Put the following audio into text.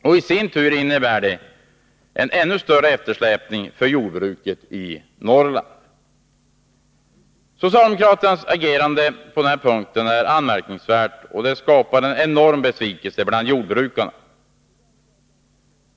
I sin tur innebär detta ännu större eftersläpning för jordbruket i Norrland. Socialdemokraternas agerande på denna punkt är anmärkningsvärd och skapar en enorm besvikelse bland jordbrukarna.